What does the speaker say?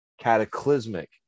cataclysmic